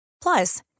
Plus